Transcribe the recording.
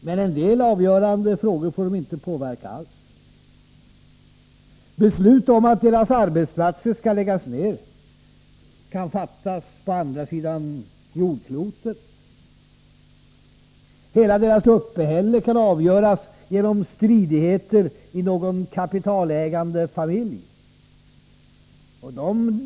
Men en del avgörande frågor får det inte påverka alls. Beslut om att deras arbetsplatser skall läggas ned, kan fattas på andra sidan jordklotet. Hela deras uppehälle kan avgöras genom stridigheter i någon kapitalägande familj.